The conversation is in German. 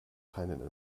keinen